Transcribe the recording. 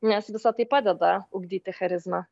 nes visa tai padeda ugdyti charizmą